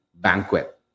banquet